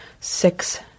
Six